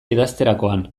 idazterakoan